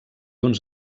uns